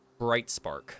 Brightspark